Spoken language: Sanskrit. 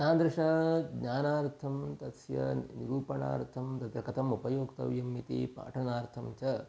तादृशज्ञानार्थं तस्य निरूपणार्थं तत्र कथम् उपयोक्तव्यम् इति पाठनार्थं च